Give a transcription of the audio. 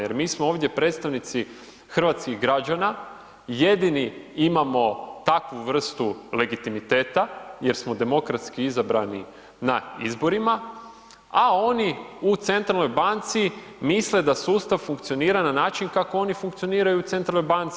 Jer mi smo ovdje predstavnici hrvatskih građana, jedini imamo takvu vrstu legitimiteta, jer smo demokratski izabrani na izborima, a oni u Centralnoj banci misle da sustav funkcionira, na način kako oni funkcioniraju u Centralnoj banci.